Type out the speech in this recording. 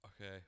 Okay